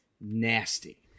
nasty